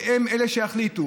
והם אלה שיחליטו.